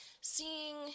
seeing